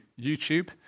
YouTube